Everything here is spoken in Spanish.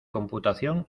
computación